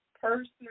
person